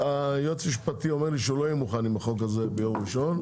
היועץ המשפטי אומר לי שהוא לא יהיה מוכן עם החוק הזה ביום ראשון.